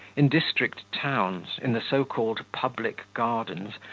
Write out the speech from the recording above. in district towns, in the so-called public gardens,